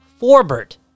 Forbert